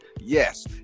yes